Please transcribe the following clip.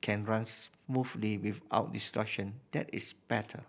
can run smoothly without disruption that is better